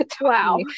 wow